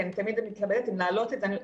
כי אני תמיד מתלבטת אם להעלות את זה.